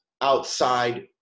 outside